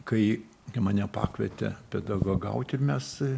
kai mane pakvietė pedagogauti mes